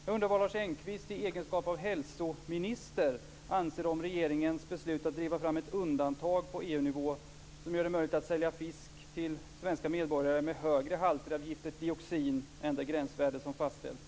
Jag undrar vad Lars Engqvist i egenskap av hälsominister anser om regeringens beslut att driva fram ett undantag på EU-nivå som gör det möjligt att sälja fisk till svenska medborgare med högre halter av giftet dioxin än det gränsvärde som fastställts.